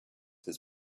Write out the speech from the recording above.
his